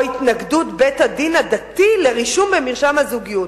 או התנגדות בית-הדין הדתי לרישום במרשם הזוגיות.